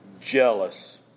jealous